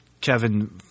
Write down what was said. Kevin